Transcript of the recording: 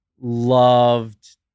loved